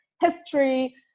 history